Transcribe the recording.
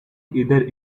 either